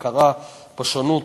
הכרה בשונות,